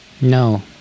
No